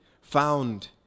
found